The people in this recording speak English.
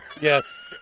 Yes